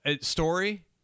story